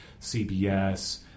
CBS